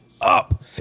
up